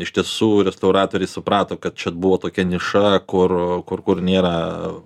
iš tiesų restauratoriai suprato kad čia buvo tokia niša kur kur kur nėra